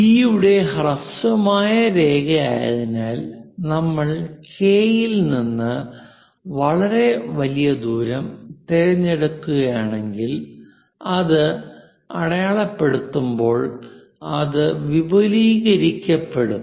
B ഒരു ഹ്രസ്വമായ രേഖയായതിനാൽ നമ്മൾ കെ യിൽ നിന്ന് വളരെ വലിയ ദൂരം തിരഞ്ഞെടുക്കുകയാണെങ്കിൽ അത് അടയാളപ്പെടുത്തുമ്പോൾ അത് വിപുലീകരിക്കപ്പെടും